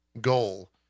goal